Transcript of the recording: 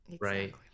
right